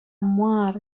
мар